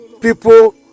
people